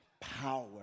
power